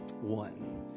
one